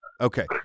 Okay